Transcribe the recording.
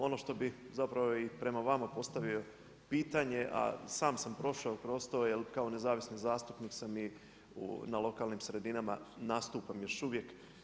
Ono što bih zapravo i prema vama postavio pitanje, a sam sam prošao kroz to, jer kao nezavisni zastupnik sam i na lokalnim sredinama nastupam još uvijek.